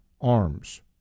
arms